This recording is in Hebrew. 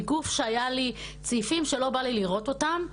מגוף שהיה לי צעיפים שלא בא לי לראות אותם,